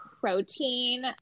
protein